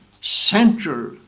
central